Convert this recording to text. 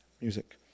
music